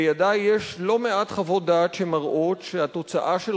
בידי יש לא מעט חוות דעת שמראות שהתוצאה של